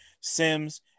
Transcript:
sims